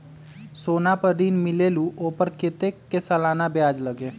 सोना पर ऋण मिलेलु ओपर कतेक के सालाना ब्याज लगे?